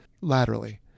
laterally